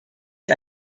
sie